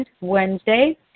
Wednesday